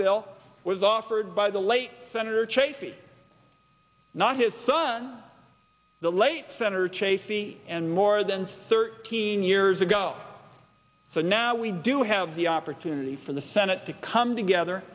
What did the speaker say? bill was offered by the late senator chafee not his son the late senator chafee and more than thirteen years ago so now we do have the opportunity for the senate to come together